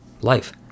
life